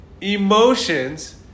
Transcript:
emotions